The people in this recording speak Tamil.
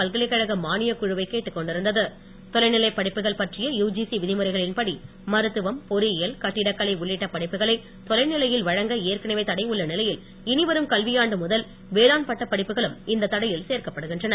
பல்கலைக்கழக மானியக் குழுவை தொலைநிலை படிப்புகள் பற்றிய யுஜிசி விதிமுறைகளின் படி மருத்துவம் பொறியியல் கட்டிடக் கலை உள்ளிட்ட படிப்புகளை தொலைநிலையில் வழங்க ஏற்கனவே தடை உள்ள நிலையில் இனி வரும் கல்வியாண்டு முதல் வேளாண் பட்ட வகுப்புகளும் இந்த தடையில் சேர்க்கப்படுகின்றன